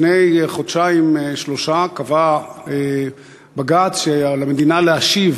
לפני חודשיים שלושה קבע בג"ץ שעל המדינה להשיב